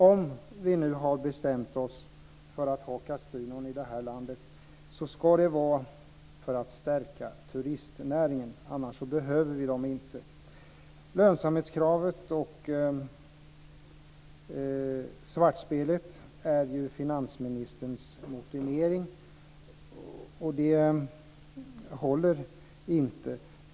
Om vi nu har bestämt oss för att ha kasinon i landet ska det vara för att stärka turistnäringen, annars behöver vi dem inte. Lönsamhetskravet och svartspelet är finansministerns motivering. Det håller inte.